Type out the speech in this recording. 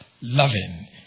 Loving